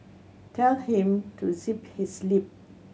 tell him to zip his lip